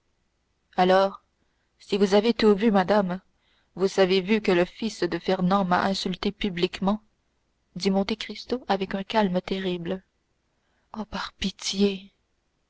alors si vous avez tout vu madame vous avez vu que le fils de fernand m'a insulté publiquement dit monte cristo avec un calme terrible oh par pitié